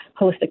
holistic